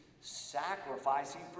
sacrificing